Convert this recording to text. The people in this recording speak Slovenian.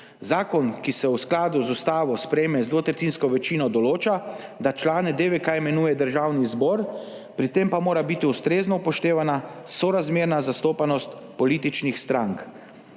Zakon, ki se v skladu z Ustavo sprejme z dvotretjinsko večino, določa, da člane DVK imenuje Državni zbor, pri tem pa mora biti ustrezno upoštevana sorazmerna zastopanost političnih strank.